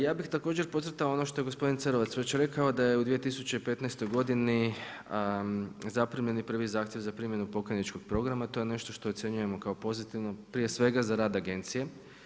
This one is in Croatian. Ja bih također podcrtao ono što je gospodin Cerovac već rekao, da je u 2015. zaprimljen je prvi zahtjev za primljenu pokajničkog programa, to je nešto što ocjenjujemo kao pozitivno, prije svega za rad agencije.